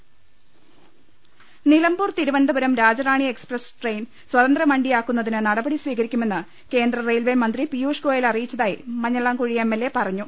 ലലലലലലലലലലലല Nilambur Thiruvananthapuram Rajarani express train സ്വതന്ത്ര വണ്ടിയാക്കുന്നതിന് നടപടി സ്വീകരിക്കുമെന്ന് കേന്ദ്ര റെയിൽവെ മന്ത്രി പിയൂഷ് അറിയിച്ചതായി Manjalamkuzhi Goyal Ali M L A പറഞ്ഞു